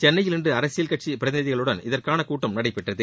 சென்னையில் இன்று அரசியல் கட்சி பிரதிநிதிகளுடன் இதற்கான கூட்டம் நடைபெற்றது